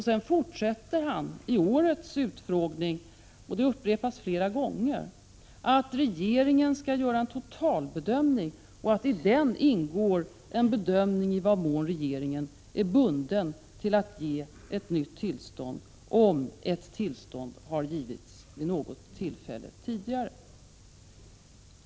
Sedan fortsätter han i årets utfrågning — och det har upprepats flera gånger — att regeringen skall göra en totalbedömning och att det i denna ingår en bedömning i vad mån regeringen är bunden till att ge ett nytt tillstånd, om ett tillstånd har givits vid något tidigare tillfälle.